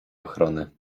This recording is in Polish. ochrony